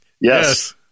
Yes